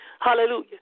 Hallelujah